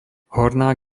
horná